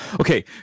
Okay